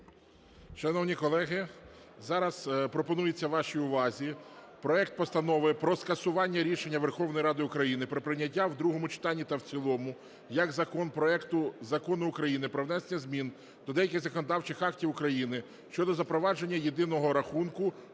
Шановні колеги, зараз пропонується вашій увазі проект Постанови про скасування рішення Верховної Ради України про прийняття в другому читанні та в цілому як закон проекту Закону України про внесення змін до деяких законодавчих актів України щодо запровадження єдиного рахунку